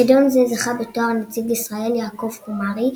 בחידון זה זכה בתואר נציג ישראל יעקב חומרי,